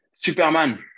superman